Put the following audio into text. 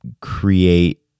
create